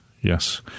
yes